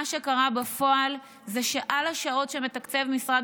מה שקרה בפועל זה שעל השעות שמתקצב משרד